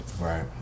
Right